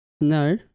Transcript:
no